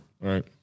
Right